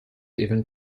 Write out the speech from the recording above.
even